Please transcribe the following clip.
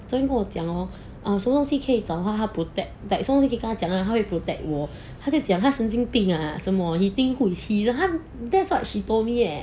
昨天跟我讲 hor 什么东西可以找他他可以 protect like 什么东西可以跟他讲 lah 他西可以 protect 我我在讲他他神经病 ah 什麽 he think who is he that's what she told me